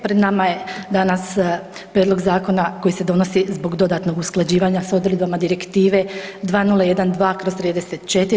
Pred nama je danas prijedlog zakona koji se donosi zbog dodatnog usklađivanja s odredbama Direktive 2012/